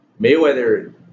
Mayweather